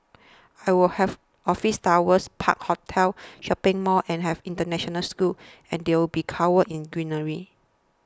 I will have office towers parks hotels shopping malls and have international school and they will be covered in greenery